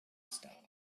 star